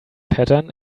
pattern